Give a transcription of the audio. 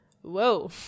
Whoa